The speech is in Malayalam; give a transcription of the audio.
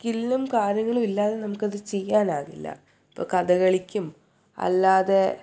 സ്കില്ലും കാര്യങ്ങളും ഇല്ലാതെ നമുക്കത് ചെയ്യാനാകില്ല ഇപ്പം കഥകളിക്കും അല്ലാതെ